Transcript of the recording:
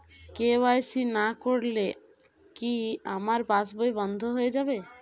KYC না করলে কি আমার পাশ বই বন্ধ হয়ে যাবে?